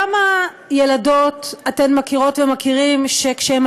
כמה ילדות אתן מכירות ומכירים שכשהן